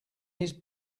his